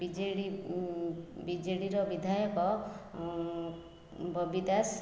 BJD ବିଜେଡ଼ିର ବିଧାୟକ ବବି ଦାସ